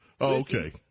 okay